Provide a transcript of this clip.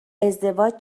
ازدواج